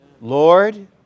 Lord